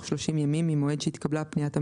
30 ימים ממועד שהתקבלה פניית המבקש,